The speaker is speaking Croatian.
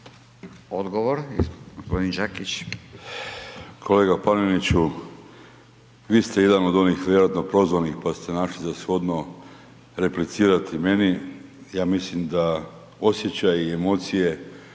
Odgovor, gospodin Đakić.